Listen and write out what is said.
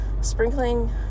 sprinkling